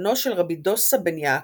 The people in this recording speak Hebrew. חתנו של רבי דוסא בן יעקב,